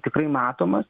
tikrai matomas